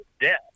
death